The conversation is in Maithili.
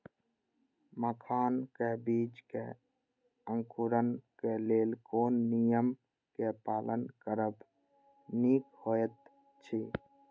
मखानक बीज़ क अंकुरन क लेल कोन नियम क पालन करब निक होयत अछि?